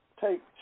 take